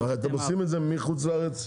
הרי אתם עושים את זה מחוץ לארץ.